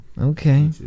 Okay